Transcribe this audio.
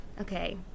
Okay